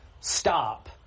stop